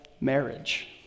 marriage